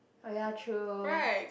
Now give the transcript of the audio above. oh ya true